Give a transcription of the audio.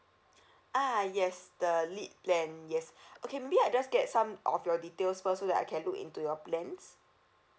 ah yes the lead plan yes okay maybe I just get some of your details first so that I can look into your plans